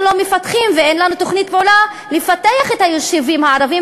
לא מפתחים ואין לנו תוכנית פעולה לפתח את היישובים הערביים,